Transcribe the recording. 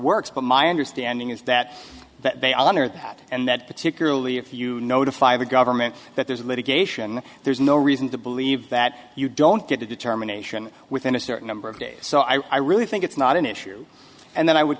works but my understanding is that that they are under that and that particularly if you notify the government that there's litigation there's no reason to believe that you don't get a determination within a certain number of days so i really think it's not an issue and then i would